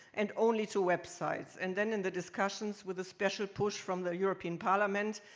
and only to websites. and then in the discussions with the special push from the european parliament,